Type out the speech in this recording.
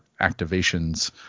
activations